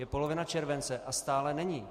Je polovina července a stále není.